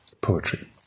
poetry